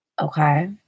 Okay